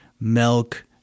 milk